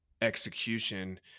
execution